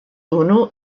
unu